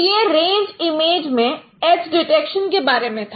तो यह range image में एज डिटेक्शन के बारे में था